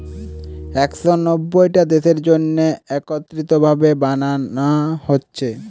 একশ নব্বইটা দেশের জন্যে একত্রিত ভাবে বানানা হচ্ছে